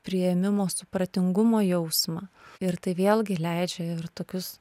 priėmimo supratingumo jausmą ir tai vėlgi leidžia ir tokius